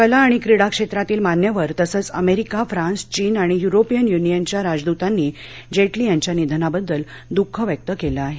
कला आणि क्रीडा क्षेत्रातील मान्यवर तसंच अमेरिका फ्रान्स चीन आणि यूरोपियन यूनियनच्या राजदूतांनी जेटली यांच्या निधनाबद्दल दूख व्यक्त केलं आहे